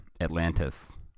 atlantis